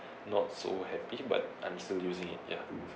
not so happy but I'm still using it ya